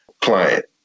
client